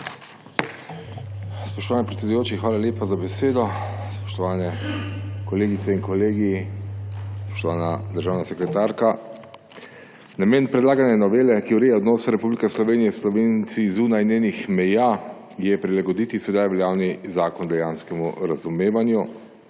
Spoštovani predsedujoči, hvala lepa za besedo. Spoštovane kolegice in kolegi, spoštovana državna sekretarka! Namen predlagane novele, ki ureja odnose Republike Slovenije s Slovenci zunaj njenih meja, je prilagoditi sedaj veljavni zakon dejanskemu razumevanju